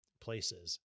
places